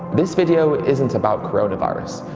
this video isn't about coronavirus.